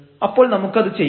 അപ്പോൾ നമുക്കത് ചെയ്യാം